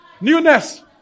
Newness